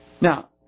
Now